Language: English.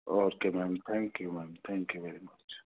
okay ma'am thank you ma'am thank you very much